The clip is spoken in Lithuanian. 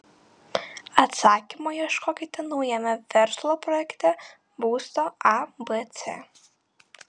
atsakymo ieškokite naujame verslo projekte būsto abc